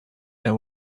and